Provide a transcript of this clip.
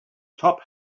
top